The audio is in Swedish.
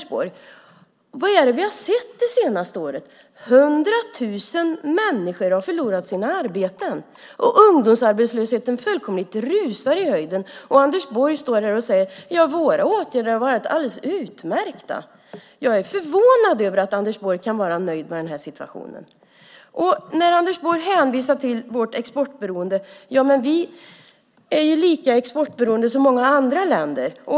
Vad har vi sett det senaste året? Jo, 100 000 människor har förlorat sina arbeten. Ungdomsarbetslösheten fullkomligt rusar i höjden. Anders Borg står här och säger: Våra åtgärder har varit alldeles utmärkta. Jag är förvånad över att Anders Borg kan vara nöjd med den här situationen. Anders Borg hänvisar till vårt exportberoende. Vi är ju lika exportberoende som många andra länder.